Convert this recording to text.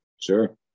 Sure